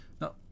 Now